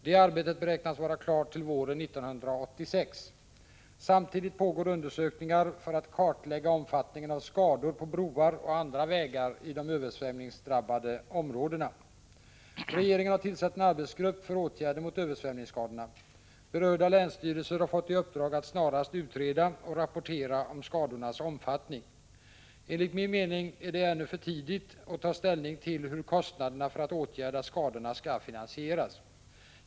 Det arbetet beräknas vara klart till våren 1986. Samtidigt pågår undersökningar för att kartlägga omfattningen av skador på broar och andra vägar i de översvämningsdrabbade områdena. Regeringen har tillsatt en arbetsgrupp för åtgärder mot översvämningsskadorna. Berörda länsstyrelser har fått i uppdrag att snarast utreda och rapportera om skadornas omfattning. Enligt min mening är det ännu för tidigt att ta ställning till hur kostnaderna för att åtgärda skadorna skall finansieras.